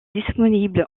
disponible